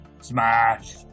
smash